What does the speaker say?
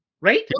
right